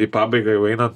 į pabaigą jau einam